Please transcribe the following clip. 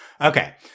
Okay